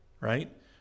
right